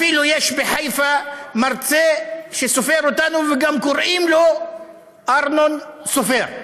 אפילו בחיפה יש מרצה שסופר אותנו וגם קוראים לו ארנון סופר.